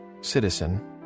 citizen